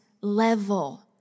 level